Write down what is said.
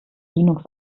linux